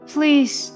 Please